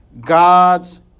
God's